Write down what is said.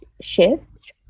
shifts